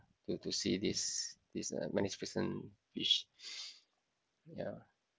to to see this this uh magnificent fish ya